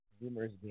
numerous